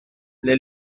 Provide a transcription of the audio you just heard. les